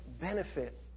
benefit